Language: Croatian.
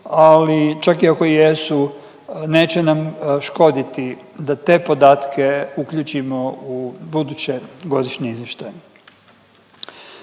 ali čak i ako jesu neće nam škoditi da te podatke uključimo u buduće godišnje izvještaje.